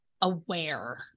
aware